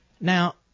Now